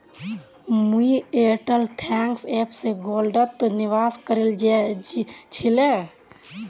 मुई Airtel thanks app स गोल्डत निवेश करील छिले